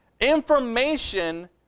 information